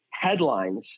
headlines